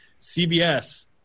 CBS